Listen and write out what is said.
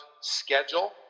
schedule